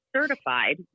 certified